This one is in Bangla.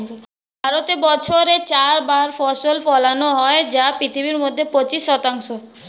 ভারতে বছরে চার বার ফসল ফলানো হয় যা পৃথিবীর মধ্যে পঁচিশ শতাংশ